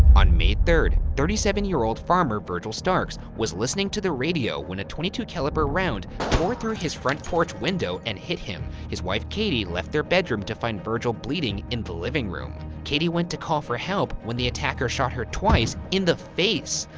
on may third, thirty seven year old farmer, virgil starks, was listening to the radio when a point two two caliber round tore through his front porch window and hit him. his wife, katie, left their bedroom to find virgil bleeding in the living room. katie went to call for help when the attacker shot her twice in the face.